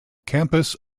campus